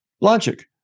logic